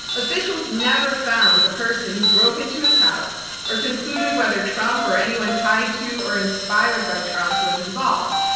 officials never found the person who broke into his house or concluded whether trump or anyone tied to or inspired by trump was involved.